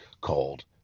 called